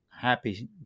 happy